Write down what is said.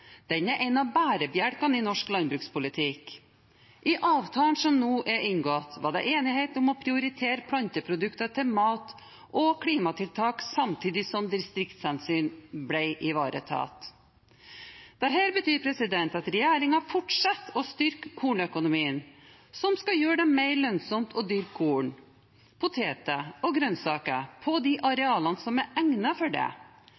som nå er inngått, var det enighet om å prioritere planteprodukter til mat og klimatiltak samtidig som distriktshensyn ble ivaretatt. Dette betyr at regjeringen fortsetter å styrke kornøkonomien som skal gjøre det mer lønnsomt å dyrke korn, poteter og grønnsaker på de arealene som er egnet for det.